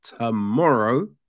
tomorrow